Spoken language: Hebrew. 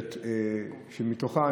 שמהם,